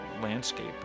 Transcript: landscape